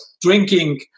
drinking